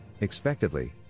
Expectedly